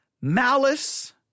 malice